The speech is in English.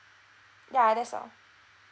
ya that's all